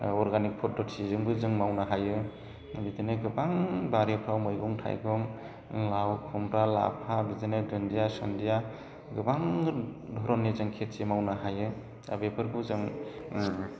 organic फद्द'थिजोंबो जों मावनो हायो बिदिनो गोबां बारिफ्राव मैगं थाइगं लाव खुमब्रा लाफा बिदिनो दुनदिया सुनदिया गोबां धरननि जों खेथि मावनो हायो दा बेफोरखौ जों